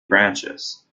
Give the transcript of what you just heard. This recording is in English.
branches